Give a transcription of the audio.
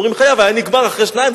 אומרים חייב זה היה נגמר אחרי שניים,